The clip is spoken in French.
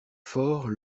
fort